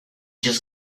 just